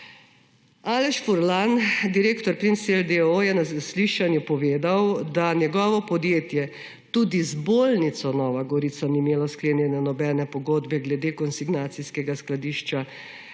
Aleš Furlan, direktor Pimsell d. o. o., je na zaslišanju povedal, da njegovo podjetje tudi z bolnico Nova Gorica ni imelo sklenjeno nobene pogodbe glede konsignacijskega skladišča,